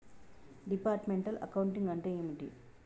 Departmental accounting అంటే ఏమిటి?